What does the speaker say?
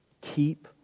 Keep